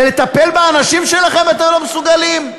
ולטפל באנשים שלכם אתם לא מסוגלים?